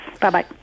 Bye-bye